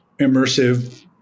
immersive